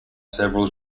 several